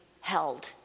held